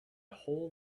whole